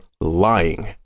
lying